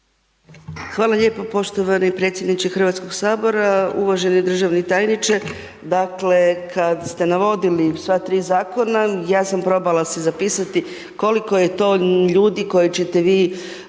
Hvala lijepo poštovani predsjedniče Hrvatskog sabora, uvaže ni državni tajniče, dakle kad ste navodili sva 3 zakona ja sam probala si zapisati koliko je to ljudi koje ćete vi